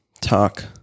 talk